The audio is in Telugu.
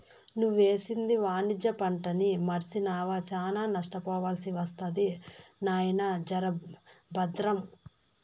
నువ్వేసింది వాణిజ్య పంటని మర్సినావా, శానా నష్టపోవాల్సి ఒస్తది నాయినా, జర బద్రం